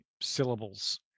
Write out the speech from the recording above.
syllables